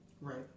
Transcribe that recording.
Right